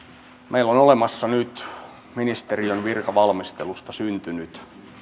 meillä on olemassa nyt ministeriön virkavalmistelusta syntynyt